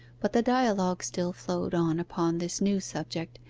but the dialogue still flowed on upon this new subject,